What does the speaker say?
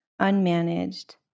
unmanaged